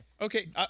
Okay